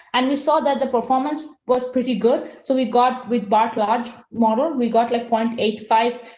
and we saw that the performance was pretty good. so, we've got with bart large model. we got like point eight, five,